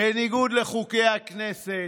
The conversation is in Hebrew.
בניגוד לחוקי הכנסת.